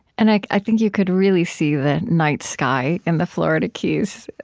and i i think you could really see the night sky in the florida keys,